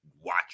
watch